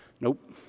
Nope